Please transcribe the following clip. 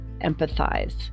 empathize